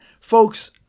folks